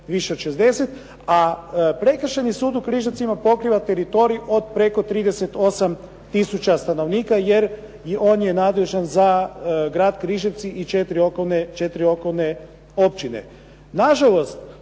više od 60. A prekršajni sud u Križevcima pokriva teritorij od preko 38 tisuća stanovnika jer on je nadležan za grad Križevci i četiri okolne općine.